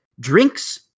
Drinks